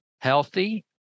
healthy